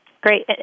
Great